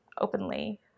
openly